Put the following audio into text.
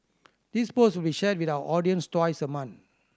this post we shared with our audience twice a month